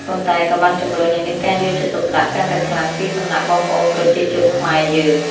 ប៉ុន្តែក៏បានជំរុញឲ្យមានការយកចិត្តទុកដាក់កាន់តែខ្លាំងពីសំណាក់បងប្អូនប្រជាជនខ្មែរយើង។